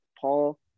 Paul